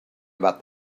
about